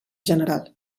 general